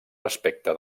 respecte